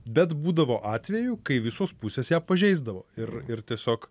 bet būdavo atvejų kai visos pusės ją pažeisdavo ir ir tiesiog